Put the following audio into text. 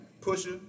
pusher